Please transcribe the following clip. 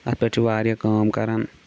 اَتھ پٮ۪ٹھ چھِ واریاہ کٲم کَران